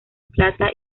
plata